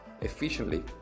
efficiently